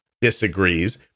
disagrees